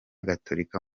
gatolika